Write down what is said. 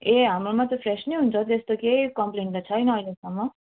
ए हाम्रोमा त फ्रेस नै हुन्छ त्यस्तो केही कम्प्लेन त छैन अहिलेसम्म